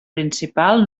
principal